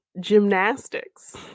Gymnastics